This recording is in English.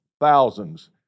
thousands